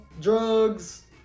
drugs